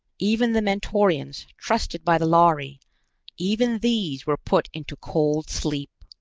even the mentorians, trusted by the lhari even these were put into cold-sleep!